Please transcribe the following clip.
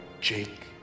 Jake